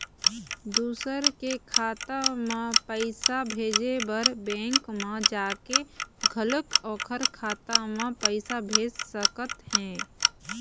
दूसर के खाता म पइसा भेजे बर बेंक म जाके घलोक ओखर खाता म पइसा भेज सकत हे